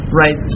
right